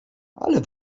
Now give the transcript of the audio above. ale